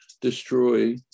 destroy